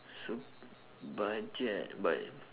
so budget but